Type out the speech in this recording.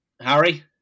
Harry